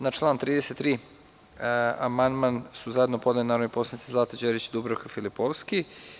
Na član 33. amandman su zajedno podneli narodni poslanici Zlata Đerić i Dubravka Filipovski.